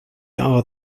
are